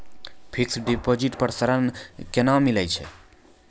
Fixed deposit पर ऋण केना मिलै छै?